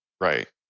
Right